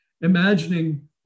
imagining